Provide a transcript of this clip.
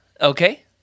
Okay